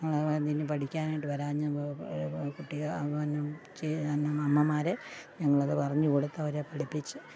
ആവാ നിന് പഠിക്കാനായിട്ടു വരാഞ്ഞ കുട്ടിക അവാനും ചെ അമ്മമാരെ ഞങ്ങളതു പറഞ്ഞു കൊടുത്തവരെ പഠിപ്പിച്ച്